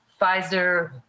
Pfizer